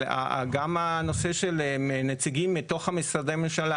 אבל גם הנושא של נציגים מתוך משרדי ממשלה,